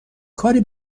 کاری